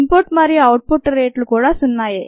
input మరియు output రేట్లు కూడా సున్నాయే